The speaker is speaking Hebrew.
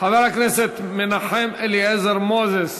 חבר הכנסת מנחם אליעזר מוזס,